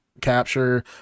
capture